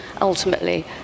ultimately